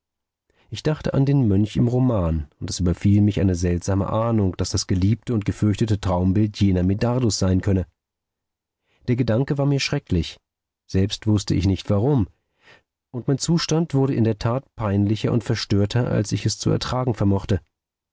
ich dachte an den mönch im roman und es überfiel mich eine seltsame ahnung daß das geliebte und gefürchtete traumbild jener medardus sein könne der gedanke war mir schrecklich selbst wußte ich nicht warum und mein zustand wurde in der tat peinlicher und verstörter als ich es zu ertragen vermochte